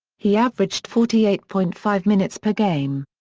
he averaged forty eight point five minutes per game.